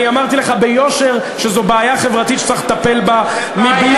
אני אמרתי לך ביושר שזו בעיה חברתית שצריך לטפל בה מבלי,